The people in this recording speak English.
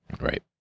Right